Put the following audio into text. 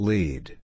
Lead